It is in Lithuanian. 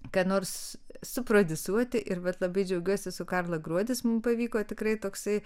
ką nors suprodiusuoti ir vat labai džiaugiuosi su karla gruodis mum pavyko tikrai toksai